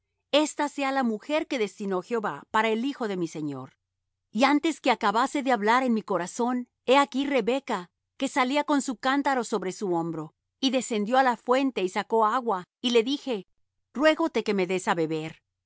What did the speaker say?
ésta sea la mujer que destinó jehová para el hijo de mi señor y antes que acabase de hablar en mi corazón he aquí rebeca que salía con su cántaro sobre su hombro y descendió á la fuente y sacó agua y le dije ruégote que me des á beber